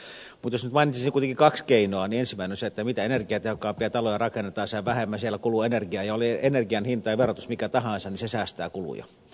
mutta jos nyt mainitsisin kuitenkin kaksi keinoa niin ensimmäinen on se että mitä energiatehokkaampia taloja rakennetaan sen vähemmän siellä kuluu energiaa ja oli energian hinta ja verotus mikä tahansa niin se säästää kuluja